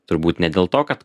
turbūt ne dėl to kad